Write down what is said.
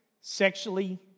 sexually